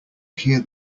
hear